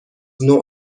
نوع